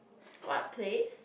what plays